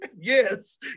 Yes